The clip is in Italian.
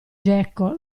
geco